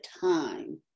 time